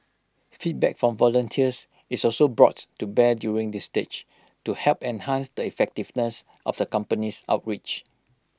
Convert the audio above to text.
feedback from volunteers is also brought to bear during this stage to help enhance the effectiveness of the company's outreach